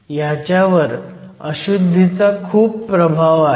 ह्याच्यावर अशुध्दीचा खूप प्रभाव आहे